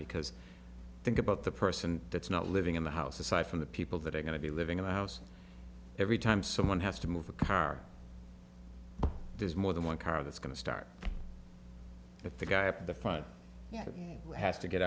because think about the person that's not living in the house aside from the people that are going to be living in the house every time someone has to move a car there's more than one car that's going to start if the guy up the fight has to get